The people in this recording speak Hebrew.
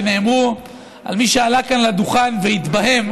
שנאמרו על מי שעלה כאן לדוכן והתבהם,